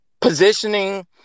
positioning